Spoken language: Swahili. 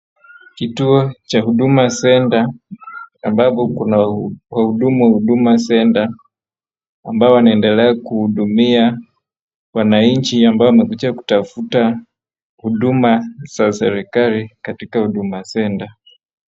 Kituo cha Huduma Centre, ambapo kuna wahudumu wa Huduma Centre ambao wanaendelea kuhudumia wananchi ambao wamekuja kutafuta huduma za serikali katika Huduma Centre.